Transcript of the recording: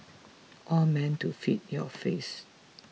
all meant to feed your face